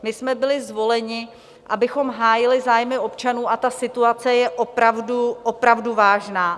My jsme byli zvoleni, abychom hájili zájmy občanů, a ta situace je opravdu, opravdu vážná.